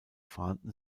vorhanden